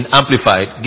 amplified